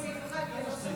בעד,